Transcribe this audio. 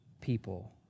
people